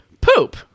Poop